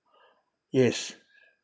yes